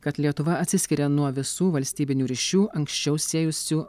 kad lietuva atsiskiria nuo visų valstybinių ryšių anksčiau siejusių